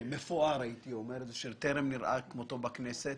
מפואר, הייתי אומר, שטרם נראה כמותו בכנסת.